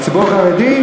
על הציבור החרדי?